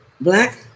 black